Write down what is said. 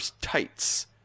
tights